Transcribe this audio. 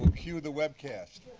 cue the webcast.